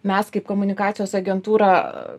mes kaip komunikacijos agentūra